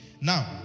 Now